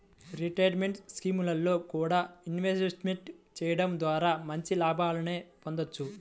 retirement స్కీముల్లో కూడా invest చెయ్యడం ద్వారా మంచి లాభాలనే పొందొచ్చు